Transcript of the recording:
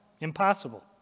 Impossible